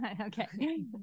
Okay